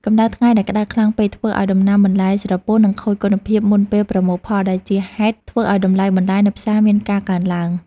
កម្ដៅថ្ងៃដែលក្តៅខ្លាំងពេកធ្វើឱ្យដំណាំបន្លែស្រពោន និងខូចគុណភាពមុនពេលប្រមូលផលដែលជាហេតុធ្វើឱ្យតម្លៃបន្លែនៅផ្សារមានការកើនឡើង។